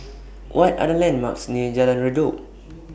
What Are The landmarks near Jalan Redop